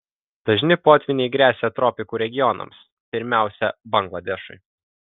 dažni potvyniai gresia tropikų regionams pirmiausia bangladešui